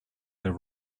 their